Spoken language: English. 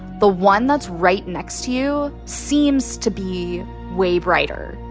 the one that's right next to you seems to be way brighter.